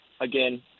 again